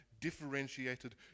differentiated